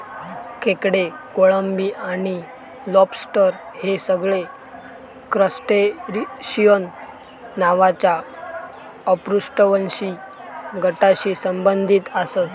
खेकडे, कोळंबी आणि लॉबस्टर हे सगळे क्रस्टेशिअन नावाच्या अपृष्ठवंशी गटाशी संबंधित आसत